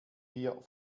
wir